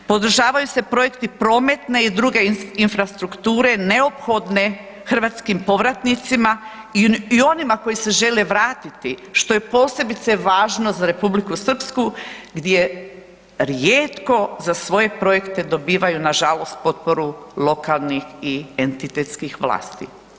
Podržavaju se projekti prometne i druge infrastrukture neophodne hrvatskim povratnicima i onima koji se žele vratiti što je posebice važno za Republiku Srpsku gdje rijetko za svoje projekte dobivaju nažalost potporu lokalnih i entitetskih vlasti.